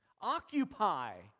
occupy